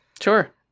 Sure